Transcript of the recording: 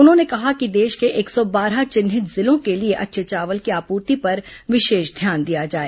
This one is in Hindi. उन्होंने कहा कि देश के एक सौ बारह चिन्हित जिलों के लिए अच्छे चावल की आपूर्ति पर विशेष ध्यान दिया जाए